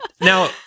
Now